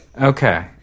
Okay